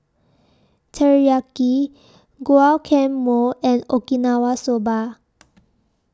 Teriyaki Guacamole and Okinawa Soba